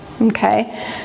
okay